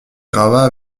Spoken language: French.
gravats